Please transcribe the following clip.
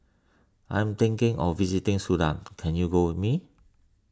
I am thinking of visiting Sudan can you go with me